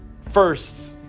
first